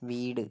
വീട്